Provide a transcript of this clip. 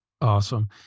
Awesome